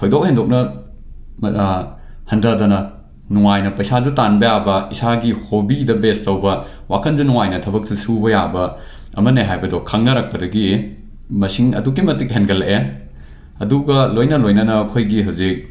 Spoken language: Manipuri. ꯊꯣꯏꯗꯣꯛ ꯍꯦꯟꯗꯣꯛꯅ ꯍꯟꯊꯗꯅ ꯅꯨꯉꯥꯏꯅ ꯄꯩꯁꯥꯁꯨ ꯇꯥꯟꯕ ꯌꯥꯕ ꯏꯁꯥꯒꯤ ꯍꯣꯕꯤꯗ ꯕꯦꯖ ꯇꯧꯕ ꯋꯥꯈꯟꯁꯨ ꯅꯨꯉꯥꯏꯅ ꯊꯕꯛꯁꯨ ꯁꯨꯕ ꯌꯥꯕ ꯑꯃꯅꯤ ꯍꯥꯏꯕꯗꯨ ꯈꯪꯅꯔꯛꯄꯗꯒꯤ ꯃꯁꯤꯡ ꯑꯗꯨꯛꯀꯤ ꯃꯇꯤꯛ ꯍꯦꯟꯒꯠꯂꯛꯂꯦ ꯑꯗꯨꯒ ꯂꯣꯏꯅ ꯂꯣꯏꯅꯅ ꯑꯩꯈꯣꯏꯒꯤ ꯍꯧꯖꯤꯛ